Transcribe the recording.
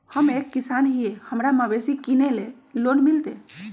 हम एक किसान हिए हमरा मवेसी किनैले लोन मिलतै?